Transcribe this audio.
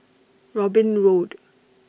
Robin Road